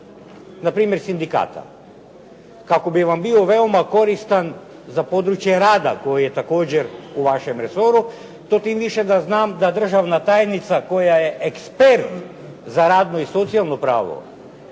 na primjer sindikata kako bi vam bio veoma koristan za područje rada koje je također u vašem resoru. To tim više da znam da državna tajnica koja je ekspert za radno i socijalno pravo